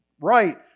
right